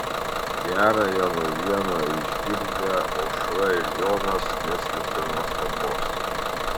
gerąją naujieną išgirdę aušra ir jonas neslėpė nuostabos